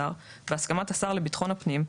השר) בהסכמת השר לביטחון הפנים,